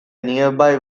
nearby